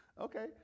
Okay